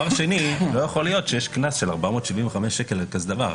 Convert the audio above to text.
לא יכול להיות שנותנים קנס של 475 על כזה דבר.